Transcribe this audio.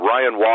Ryan